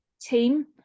team